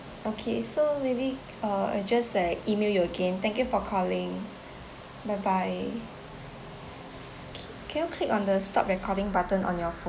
okay so maybe uh I'll just like email you again thank you for calling bye bye okay can you click on the stop recording button on your ph~